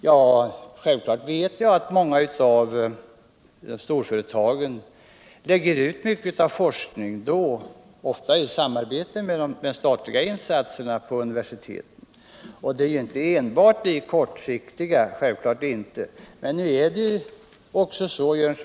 Jo, självklart vet jag att många storföretag lägger ut mycket av forskning på universiteten, ofta i samarbete med de statliga insatserna, men det är inte enbart kortsiktiga projekt det är fråga om.